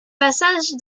passage